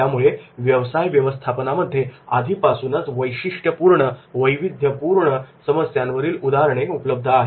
त्यामुळे व्यवसाय व्यवस्थापनामध्ये आधीपासूनच वैविध्यपूर्ण समस्यांवरील उदाहरणे उपलब्ध आहेत